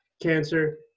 cancer